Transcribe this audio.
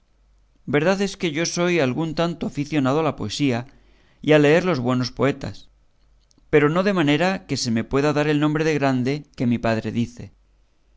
verdad es que yo soy algún tanto aficionado a la poesía y a leer los buenos poetas pero no de manera que se me pueda dar el nombre de grande que mi padre dice